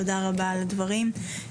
תודה רבה על הדברים.